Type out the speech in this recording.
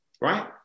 right